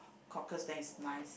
cockles than it's nice